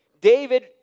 David